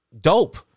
dope